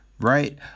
right